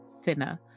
thinner